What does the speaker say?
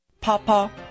Papa